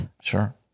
Sure